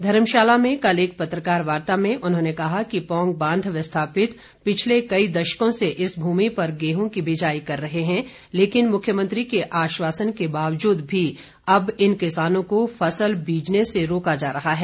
धर्मशाला में कल एक पत्रकार वार्ता में उन्होंने कहा कि पौंग बांध विस्थापित पिछले कई दशकों से इस भूमि पर गेंहू की बिजाई कर रहे हैं लेकिन मुख्यमंत्री के आश्वासन के बावजूद भी अब इन किसानों को फसल बिजने से रोका जा रहा है